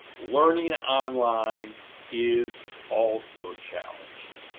learning online is also challenging.